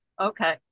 Okay